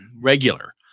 regular